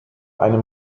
einem